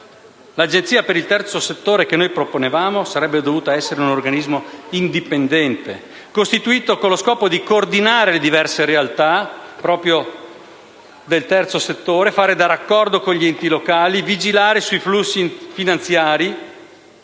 L'Agenzia per il terzo settore che noi proponevamo sarebbe dovuta essere un organismo indipendente, costituito con lo scopo di coordinare le diverse realtà del terzo settore, fare da raccordo con gli enti locali, vigilare sui flussi finanziari;